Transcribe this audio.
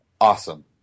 awesome